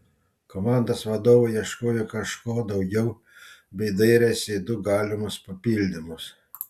komandos vadovai ieškojo kažko daugiau bei dairėsi į du galimus papildymus